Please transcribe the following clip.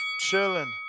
Chilling